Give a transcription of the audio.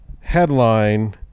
headline